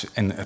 en